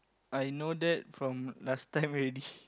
I know that from last time already